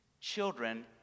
Children